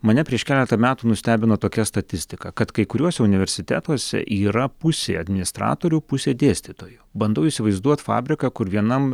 mane prieš keletą metų nustebino tokia statistika kad kai kuriuose universitetuose yra pusė administratorių pusė dėstytojų bandau įsivaizduot fabriką kur vienam